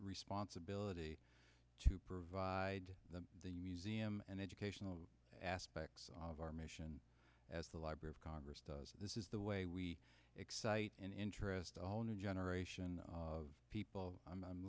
responsibility to provide the museum and educational aspects of our mission as the library of congress does this is the way we excite and interest a whole new generation of people